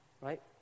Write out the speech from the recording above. right